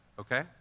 okay